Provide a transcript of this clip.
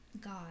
god